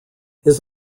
his